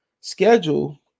schedule